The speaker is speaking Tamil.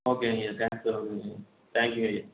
ஓகேங்க ஐயா ஸ்டேஷனுக்கு வர்றேன்ங்க ஐயா தேங்க்யூ ஐயா